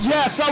Yes